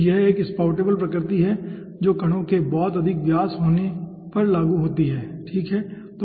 तो यह एक स्पाउटेबल प्रकृति है जो कणों के बहुत अधिक व्यास होने पर लागू होती है ठीक है